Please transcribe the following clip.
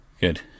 good